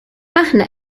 aħna